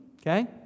okay